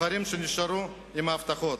והבוחרים נשארו עם ההבטחות.